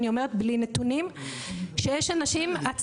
בלי נתונים עצמאים,